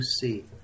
see